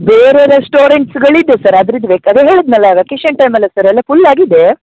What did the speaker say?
ಬೇರೆ ರೆಸ್ಟೋರೆಂಟ್ಸ್ಗಳು ಇದೆ ಸರ್ ಅದ್ರದ್ದು ಬೇಕಾದ್ರೆ ಅದೆ ಹೇಳಿದನಲ ವೆಕೇಷನ್ ಟೈಮಲ್ಲ ಸರ್ ಎಲ್ಲ ಫುಲ್ ಆಗಿದೆ